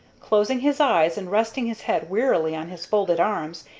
closing his eyes, and resting his head wearily on his folded arms,